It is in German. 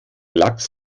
lachs